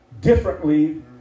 differently